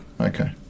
Okay